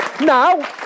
Now